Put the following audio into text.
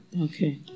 Okay